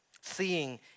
Seeing